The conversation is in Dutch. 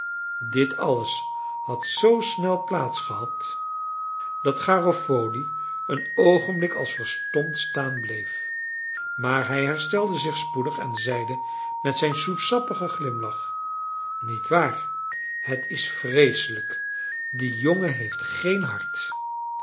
dit alles had zoo snel plaats gehad dat garofoli een oogenblik als verstomd staan bleef maar hij herstelde zich spoedig en zeide met zijn zoetsappigen glimlach niet waar het is vreeselijk die jongen heeft geen hart